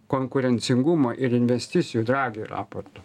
konkurencingumo ir investicijų dragi raporto